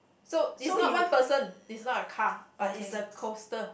so is not one person is not a car but is a coaster